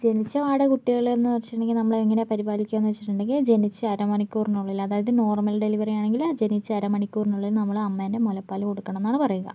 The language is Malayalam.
ജനിച്ചപാടേ കുട്ടികളെ എന്ന് വെച്ചിട്ടുണ്ടെങ്കിൽ നമ്മൾ എങ്ങനെയാണ് പരിപാലിക്കുക എന്ന് വെച്ചിട്ടുണ്ടെങ്കിൽ ജനിച്ച് അരമണിക്കൂറിനുള്ളിൽ അതായത് നോർമൽ ഡെലിവറി ആണെങ്കിൽ ജനിച്ച് അരമണിക്കൂറിനുള്ളിൽ നമ്മൾ അമ്മേൻ്റെ മുലപ്പാൽ കൊടുക്കണം എന്നാണ് പറയുക